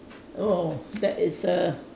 oh that is a